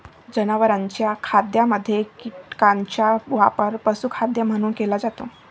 जनावरांच्या खाद्यामध्ये कीटकांचा वापर पशुखाद्य म्हणून केला जातो